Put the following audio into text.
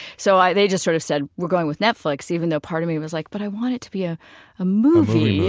so they just sort of said, we're going with netflix, even though part of me was like, but i want it to be a ah movie.